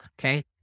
Okay